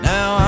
Now